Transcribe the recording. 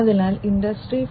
അതിനാൽ ഇൻഡസ്ട്രി 4